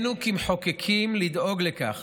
כמחוקקים עלינו לדאוג לכך